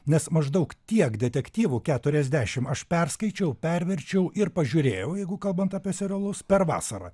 nes maždaug tiek detektyvų keturiasdešim aš perskaičiau perverčiau ir pažiūrėjau jeigu kalbant apie serialus per vasarą